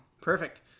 Perfect